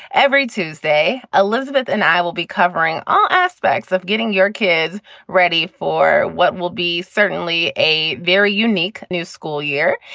every tuesday, elizabeth and i will be covering all aspects of getting your kids ready for what will be certainly a very unique new school year.